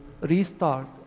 restart